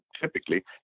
typically